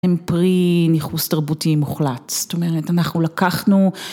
הם פרי ניכוס תרבותי מוחלט, זאת אומרת אנחנו לקחנו